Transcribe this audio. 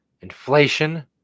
inflation